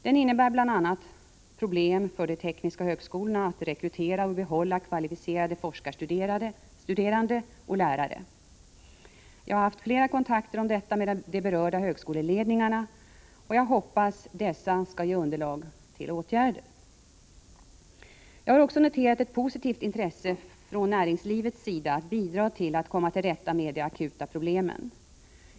Den innebär bl.a. problem för de tekniska högskolorna att rekrytera och behålla kvalificerade forskarstuderande och lärare. Jag har haft flera kontakter om detta med de berörda högskoleledningarna, och jag hoppas att dessa skall ge underlag för åtgärder. 51 komma till rätta med teknikerbristen Jag har också noterat ett positivt intresse från näringslivets sida att bidra till att komma till rätta med de akuta problemen.